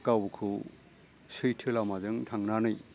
गावखौ सैथो लामाजों थांनानै